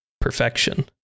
perfection